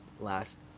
last